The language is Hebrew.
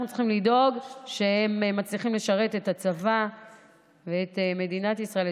אנחנו צריכים לדאוג שהם מצליחים לשרת בצבא את מדינת ישראל,